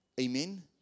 Amen